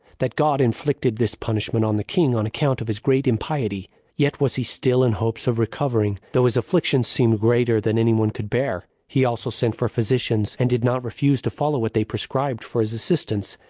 that god inflicted this punishment on the king on account of his great impiety yet was he still in hopes of recovering, though his afflictions seemed greater than any one could bear. he also sent for physicians, and did not refuse to follow what they prescribed for his assistance,